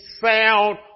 sound